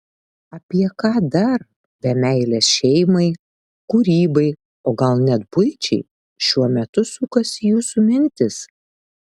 apie ką dar be meilės šeimai kūrybai o gal net buičiai šiuo metu sukasi jūsų mintys